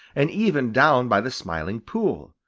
and even down by the smiling pool,